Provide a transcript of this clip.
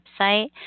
website